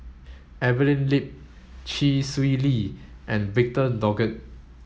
Evelyn Lip Chee Swee Lee and Victor Doggett